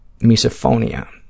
misophonia